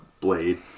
blade